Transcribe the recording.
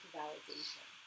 validation